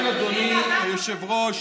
לכן, אדוני היושב-ראש,